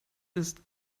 ist